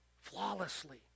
flawlessly